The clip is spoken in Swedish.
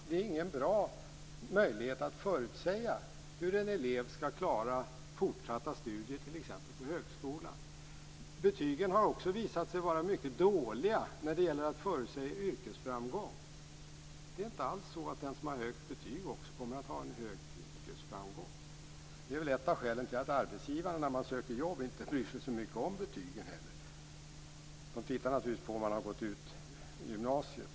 Det är ingen bra möjlighet att förutsäga hur en elev skall klara fortsatta studier t.ex. på högskolan. Betygen har också visat sig vara mycket dåliga när det gäller att förutsäga yrkesframgång. Det är inte alls så att den som har högt betyg också kommer att ha stor yrkesframgång. Det är ett av skälen till att arbetsgivarna när man söker jobb inte bryr sig så mycket om betygen. De tittar naturligtvis på om man har gått ut gymnasiet.